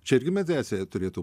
čia irgi mediacija turėtų